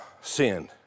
sinned